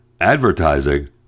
advertising